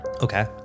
Okay